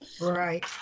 Right